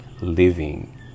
living